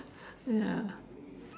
ya